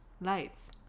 lights